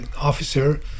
officer